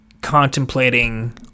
contemplating